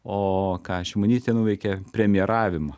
o ką šimonytė nuveikė premjeravimą